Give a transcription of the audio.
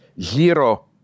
zero